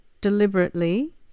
deliberately